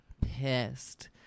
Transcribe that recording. pissed